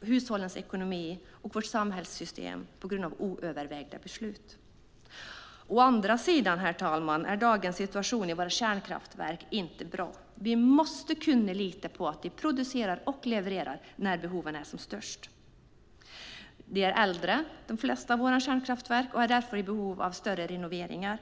hushållens ekonomi och vårt samhällssystem på grund av oövervägda beslut. Å andra sidan, herr talman, är dagens situation i våra kärnkraftverk inte bra. Vi måste kunna lita på att de producerar och levererar när behoven är som störst. De flesta av våra kärnkraftverk är äldre och därför i behov av större renoveringar.